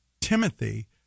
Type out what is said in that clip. Timothy